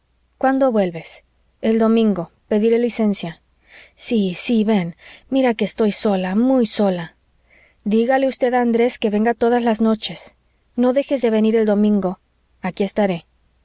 cuándo vuelves el domingo pediré licencia sí sí ven mira que estoy sola muy sola dígale usted a andrés que venga todas las noches no dejes de venir el domingo aquí estaré